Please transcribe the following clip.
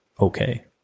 okay